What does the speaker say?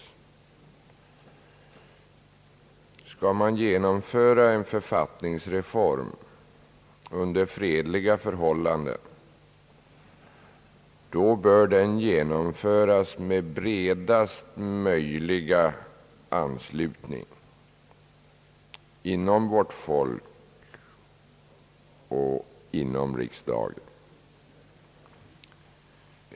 Skall man genomföra en författningsreform under fredliga förhållanden bör den genomföras med bredast möjliga anslutning hos vårt folk och inom riksdagen.